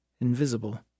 invisible